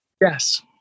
Yes